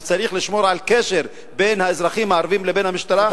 שצריך לשמור על קשר בין האזרחים הערבים לבין המשטרה?